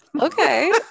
Okay